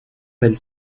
del